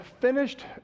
finished